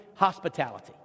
hospitality